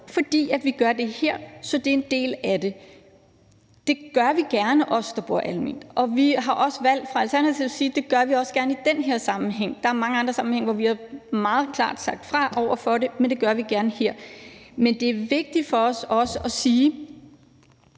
fordi vi gør det her. Så det er en del af det. Det gør vi gerne – os, der bor alment. Og vi har også fra Alternativets side valgt at sige, at det gør vi også gerne i den her sammenhæng. Der er mange andre sammenhænge, hvor vi meget klart har sagt fra over for det, men det gør vi gerne her. Men det er vigtigt for os også at sige,